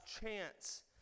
chance